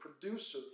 producers